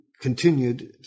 continued